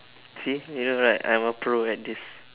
see you know right I'm a Pro at this